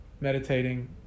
meditating